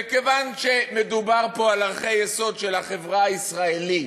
וכיוון שמדובר פה על ערכי יסוד של החברה הישראלית,